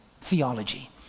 theology